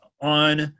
on